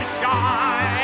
shine